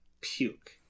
puke